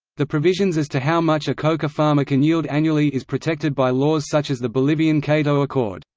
the provisions as to how much a coca farmer can yield annually is protected by laws such as the bolivian cato accord.